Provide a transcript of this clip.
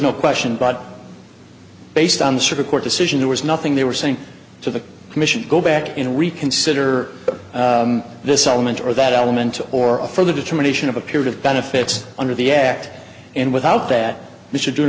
no question but based on the supreme court decision there was nothing there were saying to the commission go back and reconsider this element or that element or for the determination of a period of benefits under the act and without that you should do it